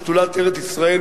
שדולת ארץ-ישראל,